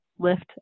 lift